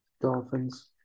Dolphins